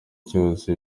cyose